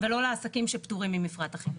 ולא לעסקים שפטורים ממפרט אחיד,